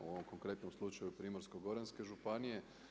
U ovom konkretnom slučaju Primorsko-goranske županije.